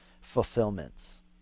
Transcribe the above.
fulfillments